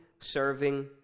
serving